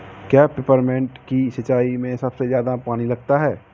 क्या पेपरमिंट की सिंचाई में सबसे ज्यादा पानी लगता है?